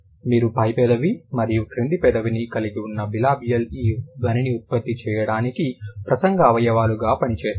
మీరు పై పెదవి మరియు క్రింది పెదవిని కలిగి ఉన్న బిలాబియల్ ఈ ధ్వనిని ఉత్పత్తి చేయడానికి ప్రసంగ అవయవాలుగా పని చేస్తాయి